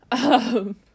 um-